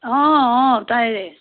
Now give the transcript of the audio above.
অঁ অঁ তাইৰে